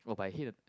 oh but I hate it